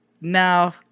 Now